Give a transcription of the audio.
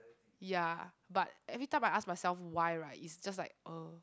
ya but everytime I ask myself why right it's just like uh